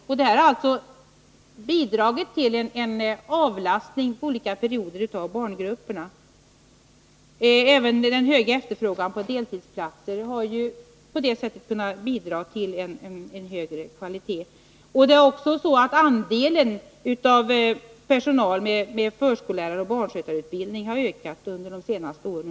Detta har alltså bidragit till en avlastning av barngrupperna under olika perioder, och även den höga efterfrågan på deltidsplatser har på det sättet kunnat bidra till en högre kvalitet. Det är också så att bland personalen i barnomsorgen har andelen med förskollärareoch barnskötarutbildning ökat under de senaste åren.